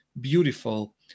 beautiful